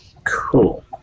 Cool